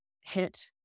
hit